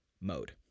mode